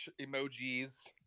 emojis